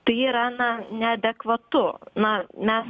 tai yra na neadekvatu na mes